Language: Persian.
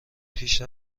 پیش